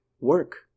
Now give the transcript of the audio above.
work